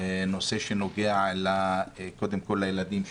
נושא שנוגע קודם כל לילדים שלנו.